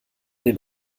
den